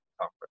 Conference